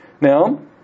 Now